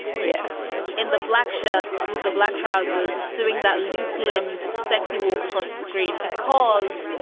yes. in the black shirt with the black trousers doing that loose limbed, sexy walk across the screen because,